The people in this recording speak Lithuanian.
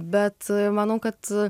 bet manau kad